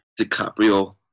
DiCaprio